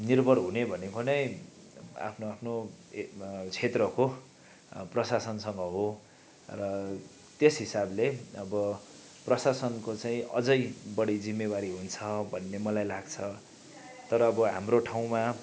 निर्भर हुने भनेको नै आफ्नो आफ्नो क्षेत्रको प्रशासनसँग हो र त्यस हिसाबले अब प्रशासनको चाहिँ अझै बढी जिम्मेवारी हुन्छ भन्ने मलाई लाग्छ तर अबो हाम्रो ठाउँमा